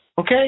Okay